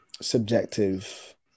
subjective